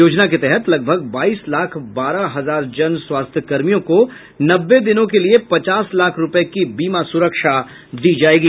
योजना के तहत लगभग बाईस लाख बारह हजार जन स्वास्थ्य कर्मियों को नब्बे दिनों के लिए पचास लाख रूपये की बीमा सुरक्षा दी जाएगी